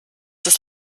das